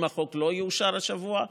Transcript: אם החוק לא יאושר השבוע,